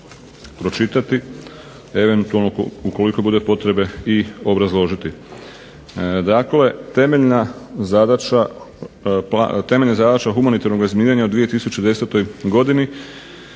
pročitati. Eventualno ukoliko bude potrebe i obrazložiti. Dakle, temeljna zadaća humanitarnog razminiranja u 2010. godini